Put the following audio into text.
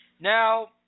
Now